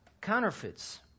counterfeits